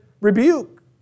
rebuke